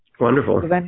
wonderful